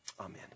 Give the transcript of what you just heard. Amen